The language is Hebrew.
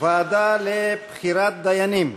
הוועדה לבחירת דיינים: